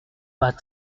pas